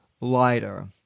lighter